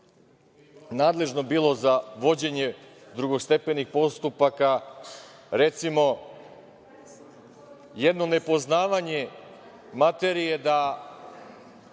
nadležno bilo za vođenje drugostepenih postupaka. Recimo jedno nepoznavanje materije da